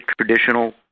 traditional